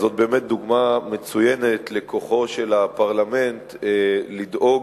זאת באמת דוגמה מצוינת לכוחו של הפרלמנט לדאוג,